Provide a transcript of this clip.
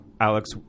Alex